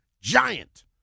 giant